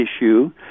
issue